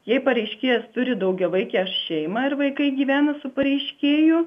jei pareiškėjas turi daugiavaikę šeimą ir vaikai gyvena su pareiškėju